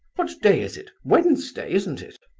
what day is it, wednesday, isn't it?